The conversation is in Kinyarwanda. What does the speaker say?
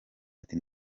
ati